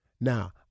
Now